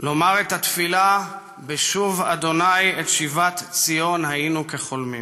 לומר את התפילה: "בשוב ה' את שיבת ציון היינו כחֹלמים".